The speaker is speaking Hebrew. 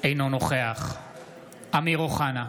אינו נוכח אמיר אוחנה,